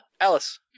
Alice